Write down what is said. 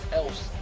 else